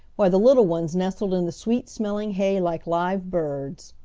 while the little ones nestled in the sweet-smelling hay like live birds.